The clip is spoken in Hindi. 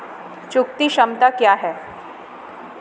चुकौती क्षमता क्या है?